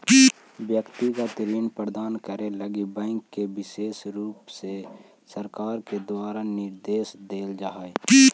व्यक्तिगत ऋण प्रदान करे लगी बैंक के विशेष रुप से सरकार के द्वारा निर्देश देल जा हई